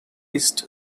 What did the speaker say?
east